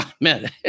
man